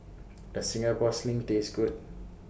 Does Singapore Sling Taste Good